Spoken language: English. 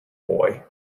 boy